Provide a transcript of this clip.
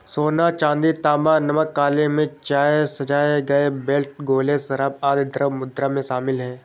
सोना, चांदी, तांबा, नमक, काली मिर्च, चाय, सजाए गए बेल्ट, गोले, शराब, आदि द्रव्य मुद्रा में शामिल हैं